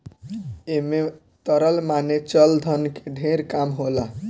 ऐमे तरल माने चल धन के ढेर काम होला